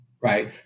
right